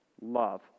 love